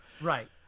Right